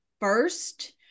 first